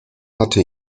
hatte